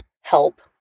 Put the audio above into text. help